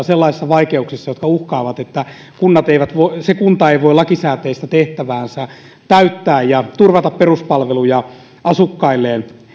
sellaisissa syvissä vaikeuksissa jotka uhkaavat että se kunta ei voi lakisääteistä tehtäväänsä täyttää ja turvata peruspalveluja asukkailleen